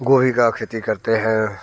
गोभी की खेती करते हैं